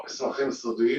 לא מסמכים סודיים.